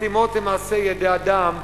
הסתימות הן מעשי ידי אדם,